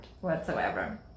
whatsoever